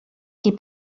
qui